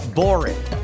boring